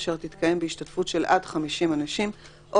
אשר תתקיים בהשתתפות של עד 50 אנשים או